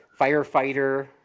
firefighter